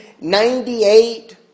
ninety-eight